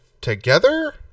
together